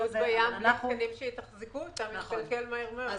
ציוד בים בלי תקנים שיתחזקו אותם מתקלקל מהר מאוד.